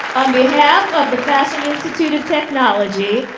behalf of the fashion institute of technology,